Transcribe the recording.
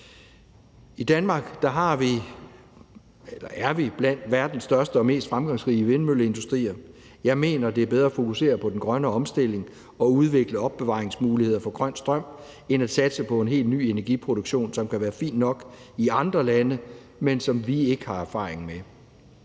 Danmark er blandt verdens største og mest fremgangsrige vindmølleindustrier. Jeg mener, at det er bedre at fokusere på den grønne omstilling og at udvikle opbevaringsmuligheder for grøn strøm end at satse på en helt ny energiproduktion, som kan være fin nok i andre lande, men som vi ikke har erfaring med.